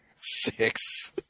six